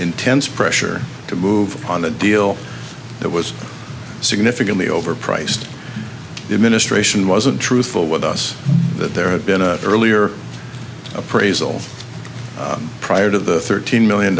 intense pressure to move on a deal that was significantly overpriced the administration wasn't truthful with us that there had been a earlier appraisal prior to the thirteen million